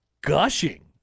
gushing